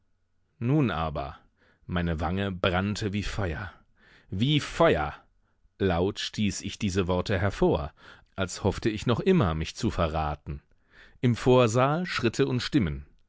nun aber meine wange brannte wie feuer wie feuer laut stieß ich diese worte hervor als hoffte ich noch immer mich zu verraten im vorsaal schritte und stimmen